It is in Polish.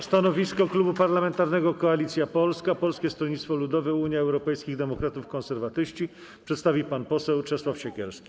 Stanowisko Klubu Parlamentarnego Koalicja Polska - Polskie Stronnictwo Ludowe, Unia Europejskich Demokratów, Konserwatyści przedstawi pan poseł Czesław Siekierski.